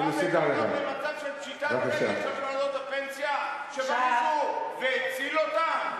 את באה בטענות למצב של פשיטת רגל של קרנות הפנסיה שבא מישהו והציל אותן?